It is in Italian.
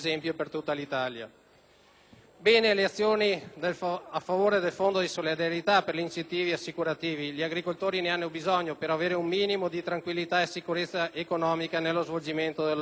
le azioni a favore del Fondo di solidarietà per gli incentivi assicurativi. Gli agricoltori ne hanno bisogno per avere un minimo di tranquillità e sicurezza economica nello svolgimento del proprio lavoro.